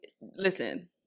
listen